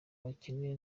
bakeneye